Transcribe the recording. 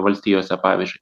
valstijose pavyzdžiui